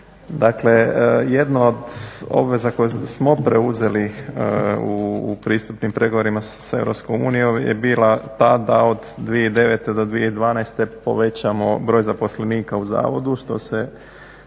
Dakle jedno od obveza koje smo preuzeli u pristupnim pregovorima sa EU je bila ta da od 2009.do 2012.povećamo broj zaposlenika u Zavodu što se